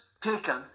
taken